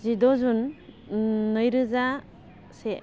जिद' जुन नैरोजा से